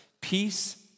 peace